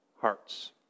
hearts